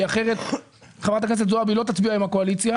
כי אחרת חברת הכנסת זועבי לא תצביע עם הקואליציה,